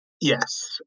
Yes